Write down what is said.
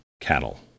cattle